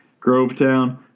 Grovetown